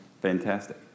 Fantastic